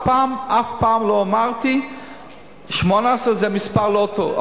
אף פעם לא אמרתי ש-18 זה מספר לא טוב.